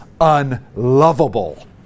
unlovable